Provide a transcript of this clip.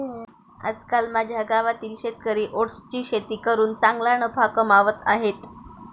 आजकाल माझ्या गावातील शेतकरी ओट्सची शेती करून चांगला नफा कमावत आहेत